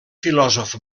filòsof